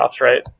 right